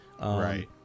right